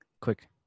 quick